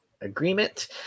agreement